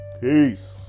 Peace